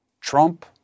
Trump